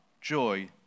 joy